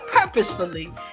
purposefully